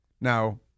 Now